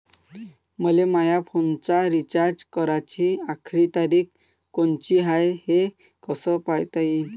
मले माया फोनचा रिचार्ज कराची आखरी तारीख कोनची हाय, हे कस पायता येईन?